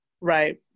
right